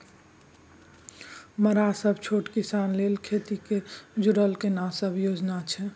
मरा सब छोट किसान लेल खेती से जुरल केना सब योजना अछि?